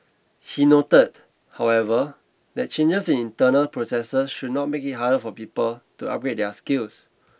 he noted however that changes in internal processes should not make it harder for people to upgrade their skills